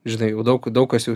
žinai jau daug daug kas jau